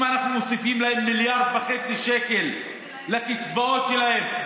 אם אנחנו מוסיפים להם 1.5 מיליארד שקל לקצבאות שלהם,